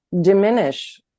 diminish